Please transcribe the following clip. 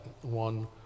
one